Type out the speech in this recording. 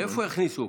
איפה יכניסו?